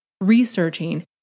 researching